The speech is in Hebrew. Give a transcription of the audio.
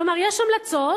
כלומר, יש המלצות,